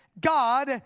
God